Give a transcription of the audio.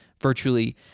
virtually